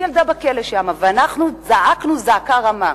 היא ילדה בכלא שם, ואנחנו זעקנו זעקה רמה.